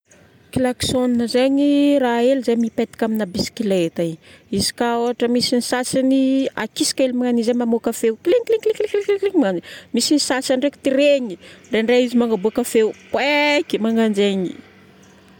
Klaxon zegny, raha hely izay mipetaka amina bisikileta igny. Izy ka ohatra misy ny sasany akisaka hely amin'izay mamoaka feo klik klik klik klik man. Misy ny sasany ndraiky tiregny, ndraindray izy magnaboaka feo goaink, magnano zegny.